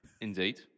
Indeed